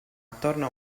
attorno